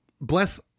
bless